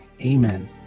Amen